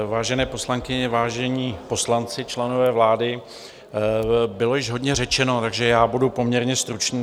Vážené poslankyně, vážení poslanci, členové vlády, bylo již hodně řečeno, takže budu poměrně stručný.